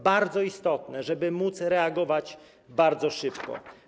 Bardzo istotne jest to, żeby móc reagować bardzo szybko.